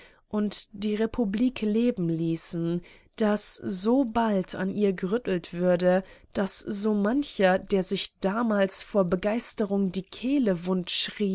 und die republik leben ließen daß so bald an ihr gerüttelt würde daß so mancher der sich damals vor begeisterung die kehle wund